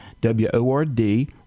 W-O-R-D